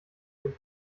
den